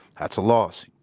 that's a loss.